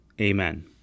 Amen